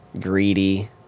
greedy